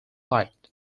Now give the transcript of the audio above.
light